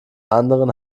anderen